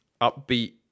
upbeat